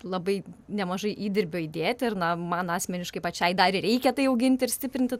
labai nemažai įdirbio įdėti ir na man asmeniškai pačiai dar ir reikia tai auginti ir stiprinti